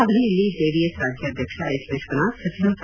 ಸಭೆಯಲ್ಲಿ ಜೆಡಿಎಸ್ ರಾಜ್ಯಾಧ್ಯಕ್ಷ ಹೆಚ್ ವಿಶ್ವನಾಥ್ ಸಚಿವ ಸಾ